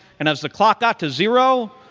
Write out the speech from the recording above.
and as the clock got to zero,